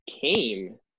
came